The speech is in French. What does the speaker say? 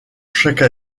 chaque